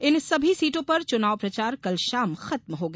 इन सभी सीटों पर चुनाव प्रचार कल शाम खत्म हो गया